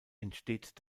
entsteht